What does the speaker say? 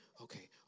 okay